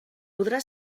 podrà